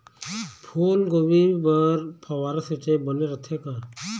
फूलगोभी बर फव्वारा सिचाई बने रथे का?